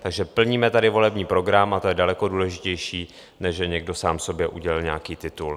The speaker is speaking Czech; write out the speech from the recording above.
Takže plníme tady volební program a to je daleko důležitější, než že někdo sám sobě udělil nějaký titul.